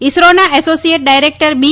ઈસરોના associate director બી